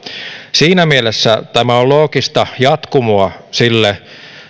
siinä mielessä tämä on loogista jatkumoa